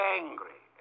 angry